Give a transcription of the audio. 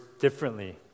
differently